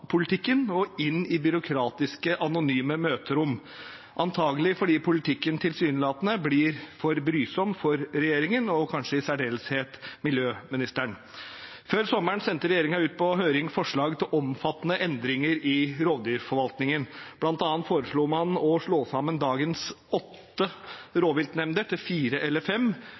politikken og ta den inn i byråkratiske, anonyme møterom – antagelig fordi politikken tilsynelatende blir for brysom for regjeringen, og kanskje i særdeleshet klima- og miljøministeren. Før sommeren sendte regjeringen ut på høring forslag til omfattende endringer i rovdyrforvaltningen. Blant annet foreslo man å slå sammen dagens åtte rovviltnemnder til fire eller fem,